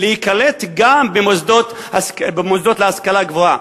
להיקלט גם במוסדות להשכלה גבוהה.